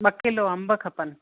ॿ किलो अंब खपनि